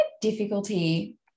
difficulty